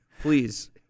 please